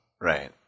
Right